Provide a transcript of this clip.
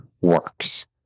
works